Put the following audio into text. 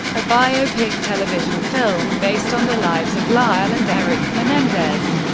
a biopic television film based on the lives of lyle and erik menendez.